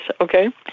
okay